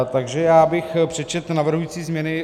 Takže já bych přečetl navrhující změny.